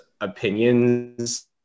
opinions